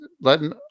letting